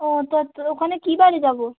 ও তো ওখানে কী বারে যাবো